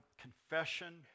Confession